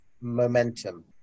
momentum